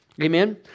Amen